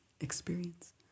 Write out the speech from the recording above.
experience